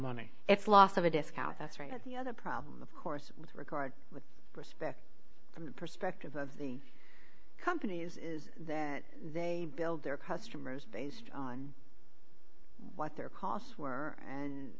money it's loss of a discount that's right and the other problem of course with regard with respect from the perspective of the companies is that they build their customers based on what their costs were and